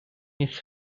his